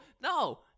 No